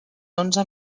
onze